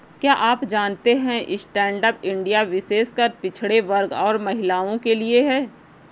क्या आप जानते है स्टैंडअप इंडिया विशेषकर पिछड़े वर्ग और महिलाओं के लिए है?